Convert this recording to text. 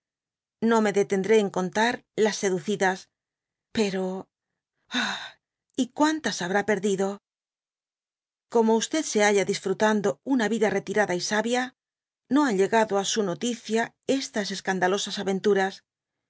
no me detendré en contar las seducidas pero ah y quanta habrá perdido como se halu disfrutando una vida retirada y sabia no han llegado á su noticia csus escandalosas aventuras